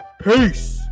Peace